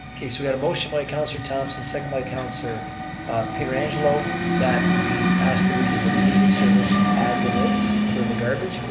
okay, so we have a motion by councilor thomson, second by councilor pietrangelo that we ask the region to leave the service as it is for the garbage.